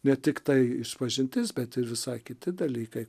ne tiktai išpažintis bet ir visai kiti dalykai